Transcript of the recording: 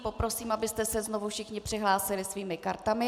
Poprosím, abyste se znovu všichni přihlásili svými kartami.